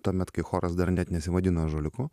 tuomet kai choras dar net nesivadino ąžuoliuku